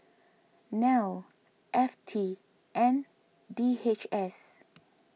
Nel F T and D H S